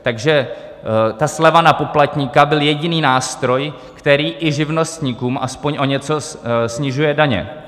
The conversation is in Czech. Takže ta sleva na poplatníka byl jediný nástroj, který i živnostníkům aspoň o něco snižuje daně.